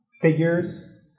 figures